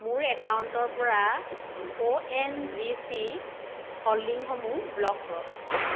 মোৰ একাউণ্টৰ পৰা ও এন জি চি হ'ল্ডিংসমূহ ব্ল'ক কৰক